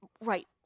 Right